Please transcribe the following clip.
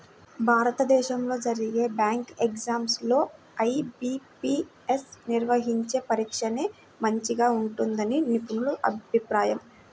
భారతదేశంలో జరిగే bank exams లో ఐ.బీ.పీ.యస్ నిర్వహించే పరీక్షనే మంచిగా ఉంటుందని నిపుణుల అభిప్రాయం